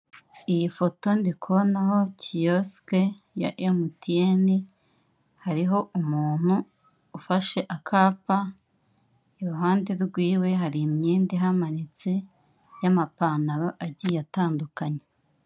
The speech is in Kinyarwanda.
Iyi foto ndi kubonaho kiyosike ya emutiyene hariho umuntu ufashe akapa, iruhande rwiwe hari imyenda ihamanitse y'amapantaro agiye atandukanye.